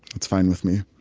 it's fine with me.